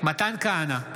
מתן כהנא,